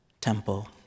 temple